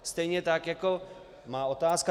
Stejně tak jako má otázka.